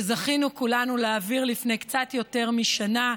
שזכינו כולנו להעביר לפני קצת יותר משנה.